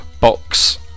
box